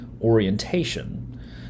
orientation